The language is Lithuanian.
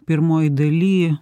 pirmoj daly